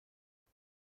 گرفت